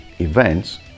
events